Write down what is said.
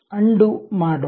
ಅಂಡು ಮಾಡೋಣ